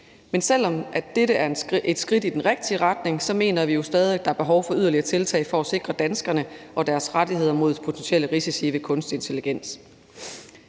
Men selv om dette er et skridt i den rigtige retning, mener vi jo stadig, at der er behov for yderligere tiltag for at sikre danskerne og deres rettigheder mod potentielle risici ved kunstig intelligens.